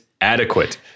adequate